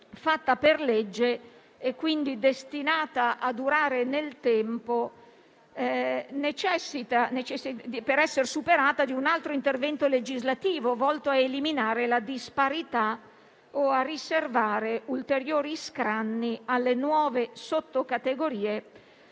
fatta per legge, quindi destinata a durare nel tempo, che, per essere superata, necessiterebbe di un altro intervento legislativo volto a eliminare la disparità o a riservare ulteriori scranni alle nuove sottocategorie